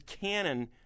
canon